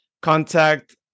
contact